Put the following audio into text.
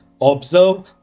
observe